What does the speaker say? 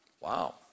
Wow